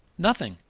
nothing.